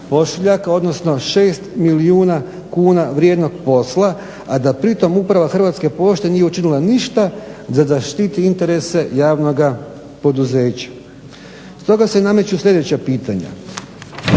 odnosno 6 milijuna kuna vrijednog posla, a da pri tom uprava Hrvatske pošte nije učinila ništa da zaštiti interese javnoga poduzeća. Stoga se nameću sljedeća pitanja,